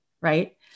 right